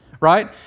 right